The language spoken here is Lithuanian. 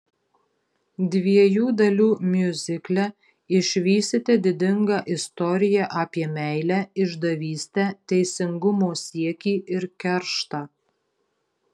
dviejų dalių miuzikle išvysite didingą istoriją apie meilę išdavystę teisingumo siekį ir kerštą